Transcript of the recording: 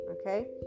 okay